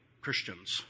Christians